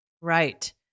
Right